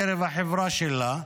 בקרב החברה שלה.